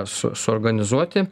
su suorganizuoti